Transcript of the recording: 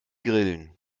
grillen